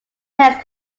test